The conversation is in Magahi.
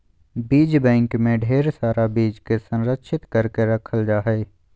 बीज बैंक मे ढेर सारा बीज के संरक्षित करके रखल जा हय